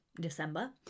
December